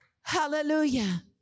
hallelujah